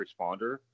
responder